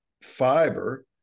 fiber